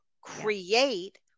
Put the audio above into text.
Create